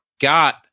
got